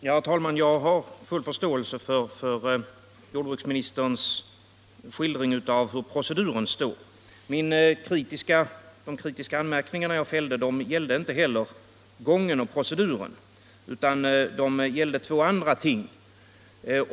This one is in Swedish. Herr talman! Jag har full förståelse för jordbruksministerns skildring av hur proceduren står. De kritiska anmärkningar jag fällde avsåg inte heller proceduren, utan de gällde två andra ting.